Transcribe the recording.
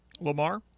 Lamar